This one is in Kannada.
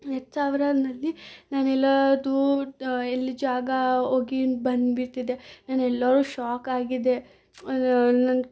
ಹತ್ತು ಸಾವ್ರದಲ್ಲಿ ನಾನೆಲ್ಲದು ಎಲ್ಲಿ ಜಾಗ ಹೋಗಿ ಬಂದು ಬಿಟ್ಟಿದ್ದೆ ನಾನೆಲ್ಲರೂ ಶಾಕ್ ಆಗಿದೆ ನನ್ನ